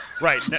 right